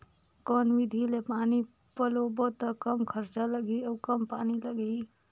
कौन विधि ले पानी पलोबो त कम खरचा लगही अउ कम पानी लगही?